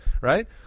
right